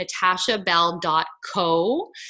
natashabell.co